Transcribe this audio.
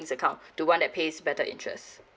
account the one that pays better interests